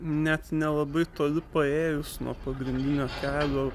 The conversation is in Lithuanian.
net nelabai toli paėjus nuo pagrindinio kelio